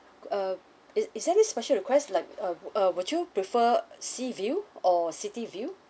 uh is~ is there any special request like uh uh would you prefer sea view or city view